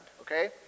Okay